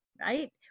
right